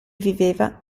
viveva